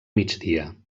migdia